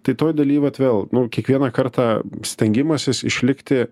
tai toj daly vat vėl nu kiekvieną kartą stengimasis išlikti